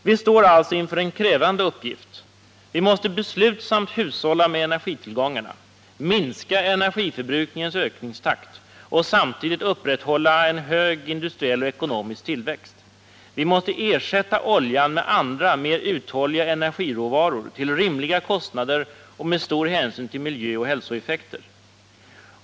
Vistår alltså inför en krävande uppgift. Vi måste beslutsamt hushålla med energitillgångarna, minska energiförbrukningens ökningstakt och samtidigt upprätthålla en hög industriell ekonomisk tillväxt. Vi måste ersätta oljan med andra mer uthålliga energiråvaror, till rimliga kostnader och med stor hänsyn till miljöoch hälsoeffekter.